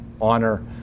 honor